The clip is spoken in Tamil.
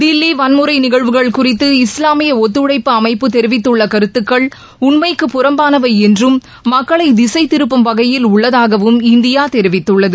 தில்லிவன்முறைநிகழ்வுகள் குறித்து இஸ்லாமியஒத்துழைப்பு அமைப்பு தெரிவித்துள்ளகருத்துக்கள் உண்மைக்கு புறம்பானவைஎன்றும் மக்களைதிசைதிருப்பும் வகையில் உள்ளதாகவும் இந்தியாதெரிவித்துள்ளது